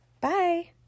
Bye